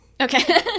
Okay